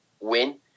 win